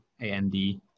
A-N-D